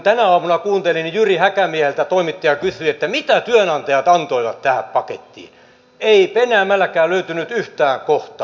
tänä aamuna kuuntelin kun jyri häkämieheltä toimittaja kysyi että mitä työnantajat antoivat tähän pakettiin ei penäämälläkään löytynyt yhtään kohtaa